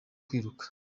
kwiruka